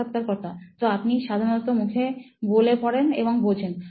সাক্ষাৎকারকর্তাতো আপনি সাধারণত মুখে বলে পড়েন এবং বোঝেন